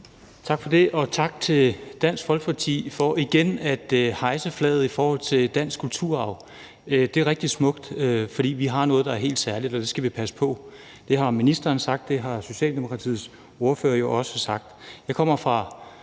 det, formand, og tak til Dansk Folkeparti for igen at hejse flaget i forhold til dansk kulturarv. Det er rigtig smukt, fordi vi har noget, der er helt særligt, og det skal vi passe på. Det har ministeren sagt, og det har Socialdemokratiets ordfører jo også sagt.